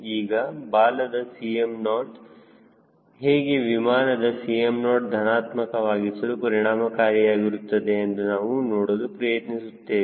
ಈಗ ಬಾಲದ Cm0 ಹೇಗೆ ವಿಮಾನದ Cm0 ಧನಾತ್ಮಕವಾಗಿಸಲು ಪರಿಣಾಮಕಾರಿಯಾಗಿರುತ್ತದೆ ಎಂದು ನಾನು ನೋಡಲು ಪ್ರಯತ್ನಿಸುತ್ತೇನೆ